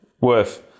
worth